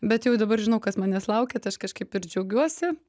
bet jau dabar žinau kas manęs laukia tai aš kažkaip ir džiaugiuosi